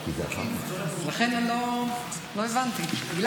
לכן לא הבנתי.